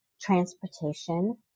transportation